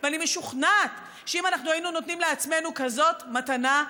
ואני משוכנעת שאם היינו נותנים לעצמנו כזאת מתנה,